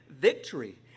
victory